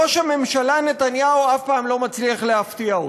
ראש הממשלה נתניהו אף פעם לא מצליח להפתיע אותי.